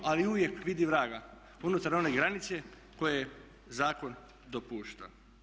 Ali uvijek vidi vraga unutar granice koje zakon dopušta.